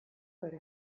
ere